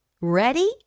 Ready